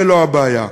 ולא בעיה.